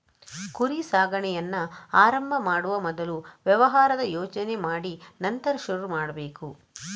ಕುರಿ ಸಾಕಾಣೆಯನ್ನ ಆರಂಭ ಮಾಡುವ ಮೊದಲು ವ್ಯವಹಾರದ ಯೋಜನೆ ಮಾಡಿ ನಂತರ ಶುರು ಮಾಡ್ಬೇಕು